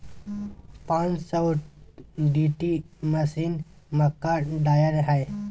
पांच सौ TD machine, मक्का ड्रायर हइ